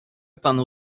panu